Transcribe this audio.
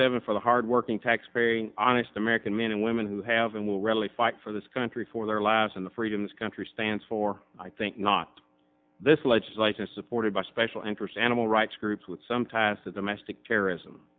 seven for the hardworking taxpaying honest american men and women who have and will readily fight for this country for their last in the freedom this country stands for i think not this legislation supported by special interests animal rights groups with some ties to the mess terrorism